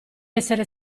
essere